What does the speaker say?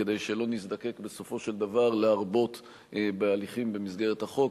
כדי שלא נזדקק בסופו של דבר להרבות בהליכים במסגרת החוק.